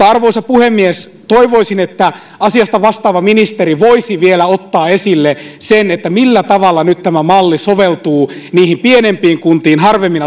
arvoisa puhemies toivoisin että asiasta vastaava ministeri voisi vielä ottaa esille sen millä tavalla nyt tämä malli soveltuu niihin pienempiin kuntiin harvemmin